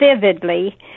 vividly